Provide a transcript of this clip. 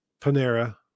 Panera